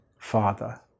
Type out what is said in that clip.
father